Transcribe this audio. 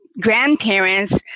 grandparents